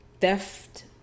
theft